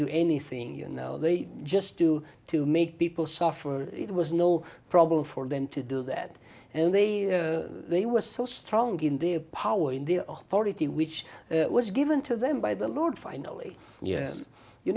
do anything you know they just do to make people suffer it was no problem for them to do that and they they were so strong in their power in the authority which was given to them by the lord finally y